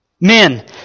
Men